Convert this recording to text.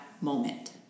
moment